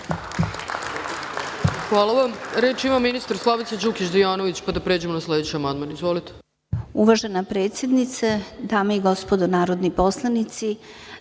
Hvala vam. Reč ima ministar Slavica Đukić Dejanović, pa da pređemo na sledeći amandman. Izvolite.